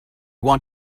want